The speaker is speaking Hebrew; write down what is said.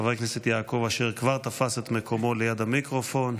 חבר הכנסת יעקב אשר כבר תפס את מקומו ליד המיקרופון.